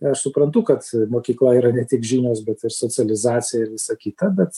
aš suprantu kad mokykla yra ne tik žinios bet ir socializacija ir visa kita bet